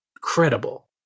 credible